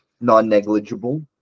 non-negligible